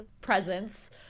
presence